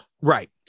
Right